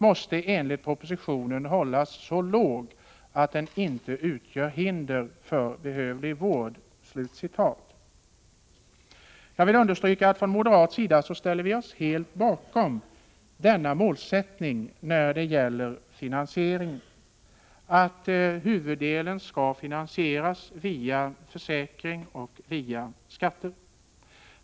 måste hållas så låg att den inte utgör hinder för behövlig vård.” Jag vill understryka att vi från moderat sida ställer oss helt bakom denna målsättning när det gäller finansieringen, dvs. att huvuddelen skall finansieras med försäkringsavgifter och skatter.